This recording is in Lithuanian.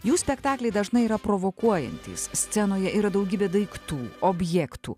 jų spektakliai dažnai yra provokuojantys scenoje yra daugybė daiktų objektų